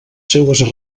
seues